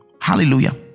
Hallelujah